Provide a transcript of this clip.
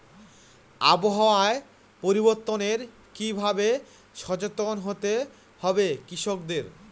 আবহাওয়া পরিবর্তনের কি ভাবে সচেতন হতে হবে কৃষকদের?